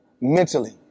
mentally